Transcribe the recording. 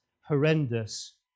horrendous